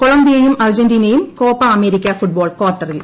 കൊളംബിയയും അർജന്റീനയും Copa America football ക്വാർട്ടറിൽ